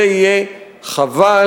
זה יהיה חבל,